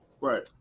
Right